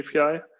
API